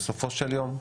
בסופו של יום,